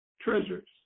treasures